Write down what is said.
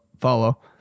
follow